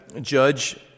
judge